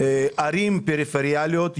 ערים פריפריאליות,